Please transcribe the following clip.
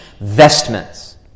vestments